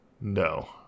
No